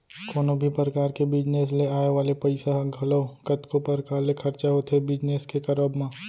कोनो भी परकार के बिजनेस ले आय वाले पइसा ह घलौ कतको परकार ले खरचा होथे बिजनेस के करब म